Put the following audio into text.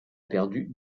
perdu